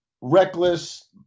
reckless